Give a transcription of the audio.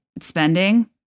spending